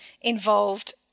involved